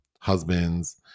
husbands